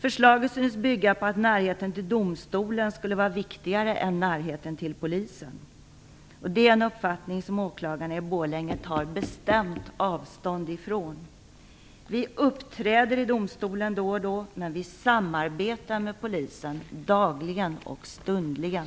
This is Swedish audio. Förslaget synes bygga på att närheten till domstolen skulle vara viktigare än närheten till polisen. Det är en uppfattning som åklagarna i Borlänge tar bestämt avstånd ifrån. Vi uppträder i domstolen då och då, men vi samarbetar med polisen dagligen och stundligen.